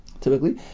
typically